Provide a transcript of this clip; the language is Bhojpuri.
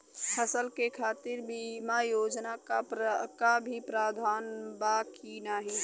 फसल के खातीर बिमा योजना क भी प्रवाधान बा की नाही?